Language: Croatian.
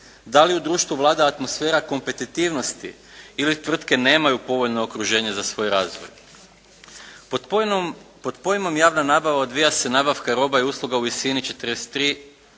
da li u društvu vlada atmosfera kompetitivnosti ili tvrtke nemaju povoljno okruženje za svoj razvoj. Pod pojmom javne nabave odvija se nabavka roba i usluga u visini 43